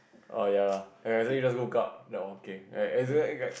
oh ya lah like suddenly just woke up then okay as in like